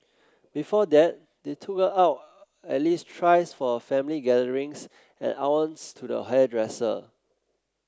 before that they took her out at least thrice for family gatherings and once to the hairdresser